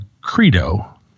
credo